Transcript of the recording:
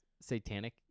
Satanic